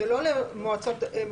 זה לא רק למועצות מסוימות,